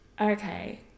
Okay